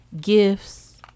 gifts